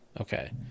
Okay